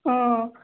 অঁ